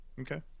Okay